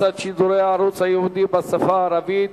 הפצת שידורי הערוץ הייעודי בשפה הערבית